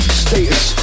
status